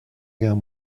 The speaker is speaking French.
guerre